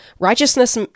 Righteousness